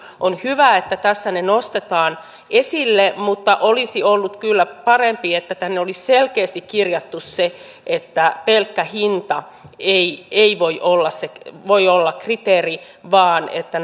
on hyvä että tässä ne nostetaan esille mutta olisi ollut kyllä parempi että tänne olisi selkeästi kirjattu se että pelkkä hinta ei ei voi olla kriteeri vaan että